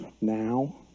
now